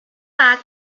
bag